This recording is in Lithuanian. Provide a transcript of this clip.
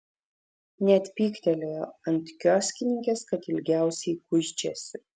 net pyktelėjo ant kioskininkės kad ilgiausiai kuičiasi